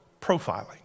profiling